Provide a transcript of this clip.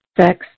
sex